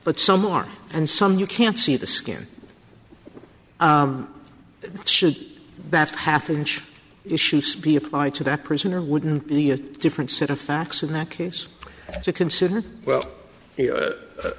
but some are and some you can't see the skin should that hath inch be applied to that person or wouldn't be a different set of facts in that case to consider well